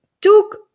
took